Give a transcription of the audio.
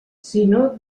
sinó